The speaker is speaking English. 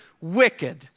wicked